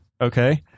Okay